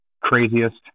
Craziest